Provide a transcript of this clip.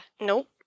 Nope